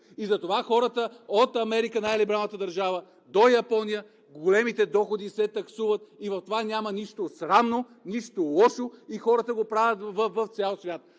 и затова от Америка – най-либералната държава, до Япония големите доходи се таксуват, и в това няма нищо срамно, нищо лошо и хората го правят в цял свят.